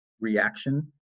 reaction